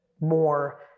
more